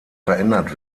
verändert